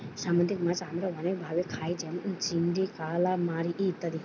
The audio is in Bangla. সামুদ্রিক মাছ আমরা অনেক ভাবে খাই যেমন চিংড়ি, কালামারী ইত্যাদি